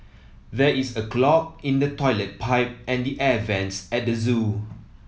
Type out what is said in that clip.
there is a clog in the toilet pipe and the air vents at the zoo